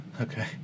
okay